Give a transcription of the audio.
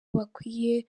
bakwiye